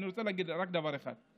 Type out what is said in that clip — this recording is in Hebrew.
אני רוצה להגיד רק דבר אחד,